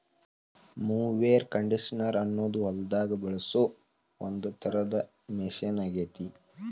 mower conditioner ಅನ್ನೋದು ಹೊಲದಾಗ ಬಳಸೋ ಒಂದ್ ತರದ ಮಷೇನ್ ಆಗೇತಿ